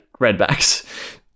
Redbacks